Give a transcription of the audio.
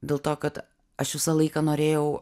dėl to kad aš visą laiką norėjau